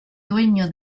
dueño